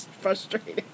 frustrating